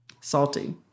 Salty